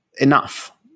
enough